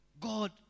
God